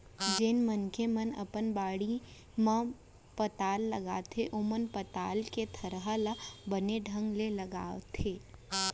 जेन मनसे मन अपन बाड़ी म पताल लगाथें ओमन पताल के थरहा ल बने ढंग ले लगाथें